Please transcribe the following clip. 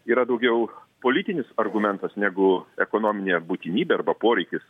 yra daugiau politinis argumentas negu ekonominė būtinybė arba poreikis